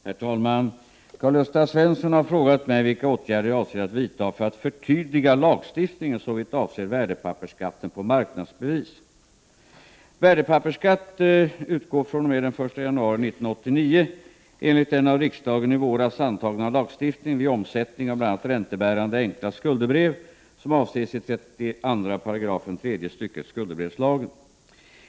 Herr talman! Karl-Gösta Svenson har frågat mig vilka åtgärder jag avser att vidta för att förtydliga lagstiftningen såvitt avser värdepappersskatten på marknadsbevis. Värdepappersskatt utgår fr.o.m. den 1 januari 1989 enligt den av riksdagen i våras antagna lagstiftningen vid omsättning av bl.a. räntebärande enkla skuldebrev som avses i 32 § tredje stycket skuldebrevslagen .